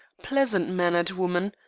pleasant-mannered woman,